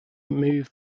moved